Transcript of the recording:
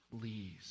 please